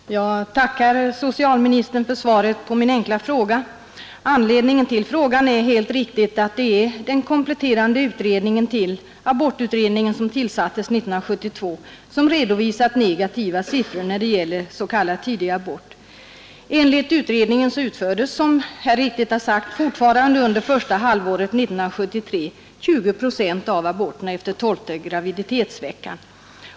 Herr talman! Jag tackar socialministern för svaret på min enkla fråga. Anledningen till frågan är helt riktigt att den kompletterande utredningen till abortutredningen som tillsattes 1972 har redovisat negativa siffror när det gäller s.k. tidig abort. Enligt utredningen utfördes, som här sagts, fortfarande under första halvåret 1973 ca 20 procent av aborterna efter tolfte graviditetsveckan.